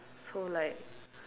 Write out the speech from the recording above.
so like